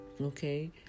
Okay